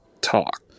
talk